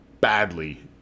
badly